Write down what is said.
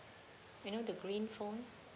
you know the green phone